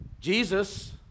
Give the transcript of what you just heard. Jesus